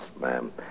ma'am